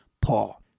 Paul